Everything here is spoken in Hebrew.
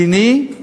מדיני,